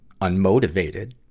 unmotivated